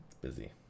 busy